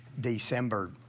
December